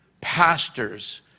pastors